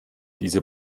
diese